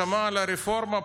שמע על הרפורמה פה,